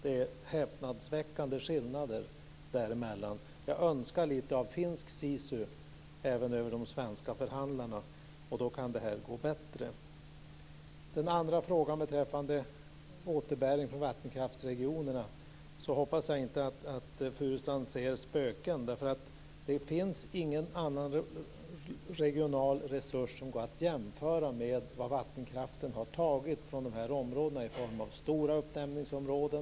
Det är häpnadsväckande skillnader oss emellan. Jag önskar lite av finsk sisu även över de svenska förhandlarna. Då kan det gå bättre. Den andra frågan gäller återbäring från vattenkraftsregionerna. Jag hoppas inte att Furustrand ser spöken. Det finns ingen annan regional resurs som går att jämföra med vad vattenkraften har tagit från dessa områden i form av stora uppdämningsområden.